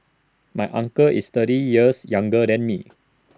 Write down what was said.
my uncle is thirty years younger than me